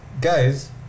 guys